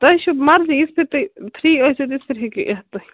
تۄہہِ چھُ مَرضی یِتھٕ پٲٹھۍ تُہۍ فرٛی ٲسِو تِتھٕ پٲٹھۍ ہیٚکِو یِتھ تُہۍ